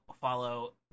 follow